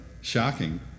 shocking